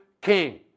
king